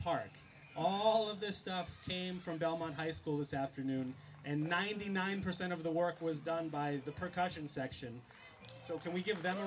park all of this stuff came from dahlman high school this afternoon and ninety nine percent of the work was done by the park caution section so can we give them